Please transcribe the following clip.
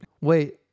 Wait